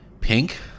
pink